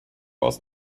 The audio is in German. aus